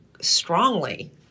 strongly